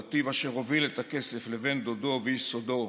נתיב אשר הוביל את הכסף לבן דודו ואיש סודו,